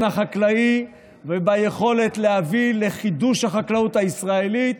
החקלאי וביכולת להביא לחידוש החקלאות הישראלית,